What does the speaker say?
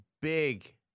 big